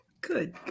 Good